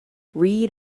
read